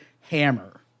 hammer